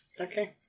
Okay